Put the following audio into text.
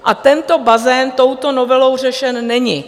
A tento bazén touto novelou řešen není.